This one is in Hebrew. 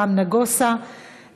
אברהם נגוסה,